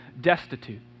destitute